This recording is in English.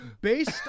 based